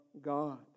God